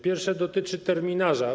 Pierwsze dotyczy terminarza.